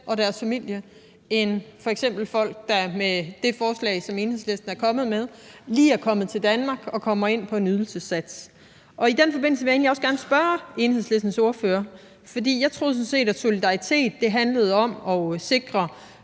og deres familie end f.eks. folk, der med det forslag, som Enhedslisten er kommet med, lige er kommet til Danmark og kommer ind på en ydelsessats. I den forbindelse vil jeg egentlig også gerne spørge Enhedslistens ordfører om noget. Jeg troede sådan set, at solidaritet handlede om at sikre,